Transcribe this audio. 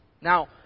Now